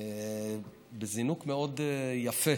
בזינוק מאוד יפה.